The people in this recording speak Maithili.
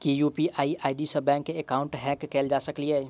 की यु.पी.आई आई.डी सऽ बैंक एकाउंट हैक कैल जा सकलिये?